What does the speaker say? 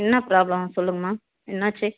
என்னா ப்ராப்ளமா சொல்லுங்கம்மா என்னாச்சு